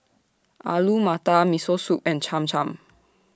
Alu Matar Miso Soup and Cham Cham